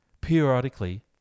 periodically